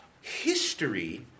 history